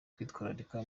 kwitwararika